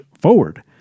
forward